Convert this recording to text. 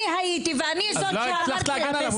אני הייתי ואני זאת --- לא הצלחת להגן עליו .